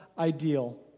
ideal